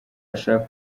ashake